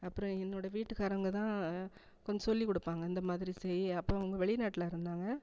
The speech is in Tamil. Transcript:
அப்புறம் என்னோட வீட்டுக்காரவங்க தான் கொஞ்சம் சொல்லிக் கொடுப்பாங்க இந்த மாதிரி செய்ய அப்புறம் அவங்க வெளிநாட்டில் இருந்தாங்க